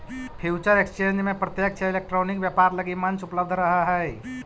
future exchange में प्रत्यक्ष या इलेक्ट्रॉनिक व्यापार लगी मंच उपलब्ध रहऽ हइ